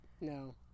No